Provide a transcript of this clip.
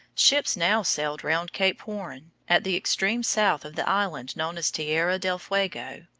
ships now sailed round cape horn, at the extreme south of the island known as tierra del fuego,